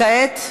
גואטה,